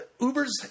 Uber's